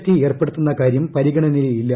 T ഏർപ്പെടുത്തുന്ന കാര്യം പരിഗണനയിലില്ല